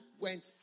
went